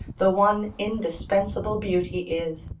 the one indispensable beauty is,